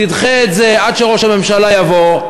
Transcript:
תדחה את זה עד שראש הממשלה יבוא.